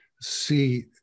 see